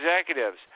executives